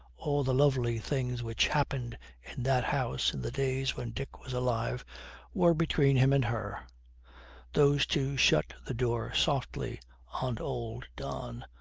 all the lovely things which happened in that house in the days when dick was alive were between him and her those two shut the door softly on old don,